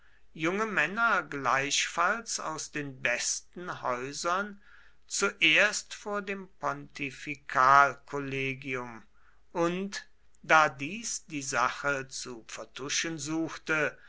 junge männer gleichfalls aus den besten häusern zuerst vor dem pontifikalkollegium und da dies die sache zu vertuschen suchte